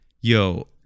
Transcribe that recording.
yo